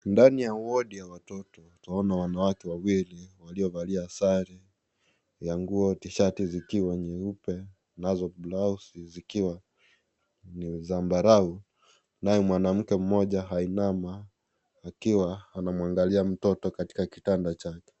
Ndani ya wodi ya watoto utaona wanawake wawili waliovalia sare ya nguo tishati zikiwa nyeupe ,nazo blausi zikiwa zambarau naye mwanamke mmoja ainama akiwa anamwangalia mtoto katika kitanda chake.